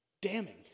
damning